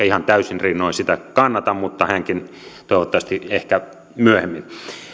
ihan täysin rinnoin sitä kannata mutta hänkin toivottavasti ehkä myöhemmin